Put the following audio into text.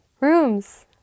rooms